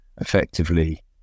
effectively